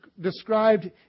described